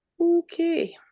okay